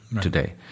today